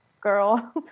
girl